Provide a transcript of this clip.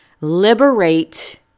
Liberate